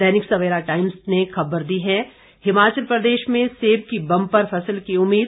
दैनिक Savera times ने ख़बर दी है हिमाचल प्रदेश में सेब की बंपर फसल की उम्मीद